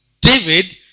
David